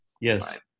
Yes